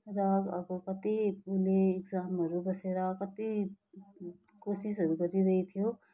र अब कत्ति उसले एक्जामहरू बसेर कत्ति कोसिसहरू गरिरहेको थियो